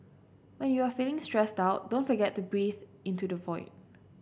when you are feeling stressed out don't forget to breathe into the void